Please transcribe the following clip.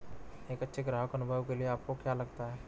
एक अच्छे ग्राहक अनुभव के लिए आपको क्या लगता है?